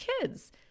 kids